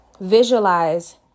Visualize